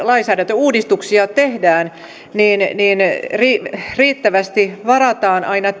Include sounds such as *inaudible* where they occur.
*unintelligible* lainsäädäntöuudistuksia tehdään niin riittävästi varataan aina *unintelligible*